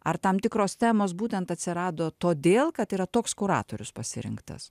ar tam tikros temos būtent atsirado todėl kad yra toks kuratorius pasirinktas